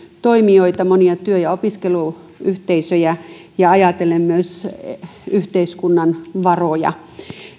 toimijoita monia työ ja opiskeluyhteisöjä ja ajatellen myös yhteiskunnan varoja